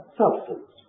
substance